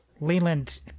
leland